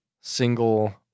single